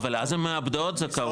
--- לא, אבל אז הן מאבדות זכאות,